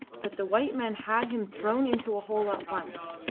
but the white men had him thrown into a hole at once.